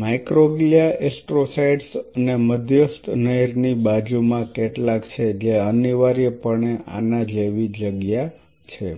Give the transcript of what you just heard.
microglia astrocytes અને મધ્યસ્થ નહેરની બાજુમાં કેટલાક છે જે અનિવાર્યપણે આના જેવી જગ્યા છે